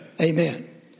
Amen